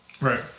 Right